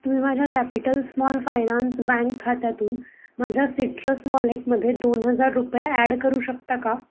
तुम्ही माझ्या Capital Small Finance Bank खात्यातून माझ्या सिट्रस वॉलेटमध्ये दोन हजार रुपये ॲड करू शकता का